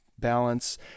balance